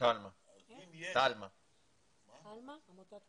מה שאני רוצה לומר